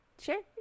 sure